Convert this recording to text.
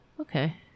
Okay